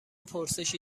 پرسشی